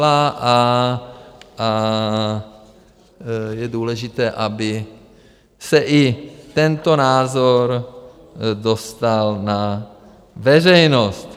A je důležité, aby se i tento názor dostal na veřejnost.